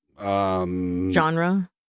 Genre